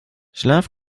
schlaf